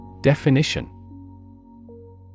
Definition